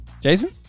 Jason